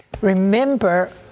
Remember